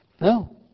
No